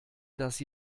dass